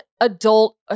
adult